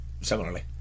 similarly